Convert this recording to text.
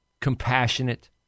compassionate